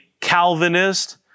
Calvinist